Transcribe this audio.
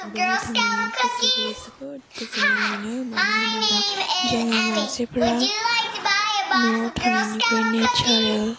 बेहाय थांनानै गोसोखौ जोबोद गोजोन्नाय मोनो मानो होनोब्ला जोङो मानसिफोरा न'आव थानायनिख्रुइ नेसारेल